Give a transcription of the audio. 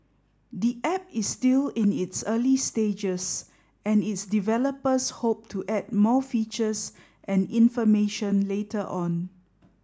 the app is still in its early stages and its developers hope to add more features and information later on